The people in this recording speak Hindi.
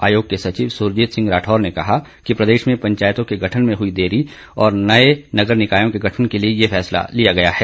आयोग के सचिव सुरजीत सिंह राठौर ने कहा कि प्रदेश में पंचायतों के गठन में हुई देरी और नए नगर निकायों के गठन के लिए ये फैसला लिया गया है